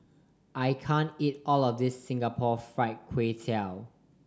I can't eat all of this Singapore Fried Kway Tiao